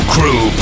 Crew